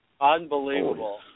Unbelievable